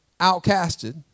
outcasted